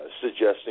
suggesting